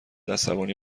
عصبانی